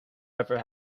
ever